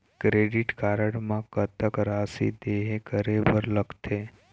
Credit card म कतक राशि देहे करे बर लगथे?